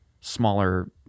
smaller